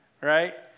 right